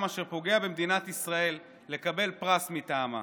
אשר פוגע במדינת ישראל לקבל פרס מטעמה.